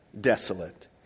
Desolate